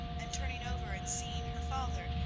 and, turning over and seeing her father,